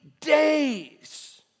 days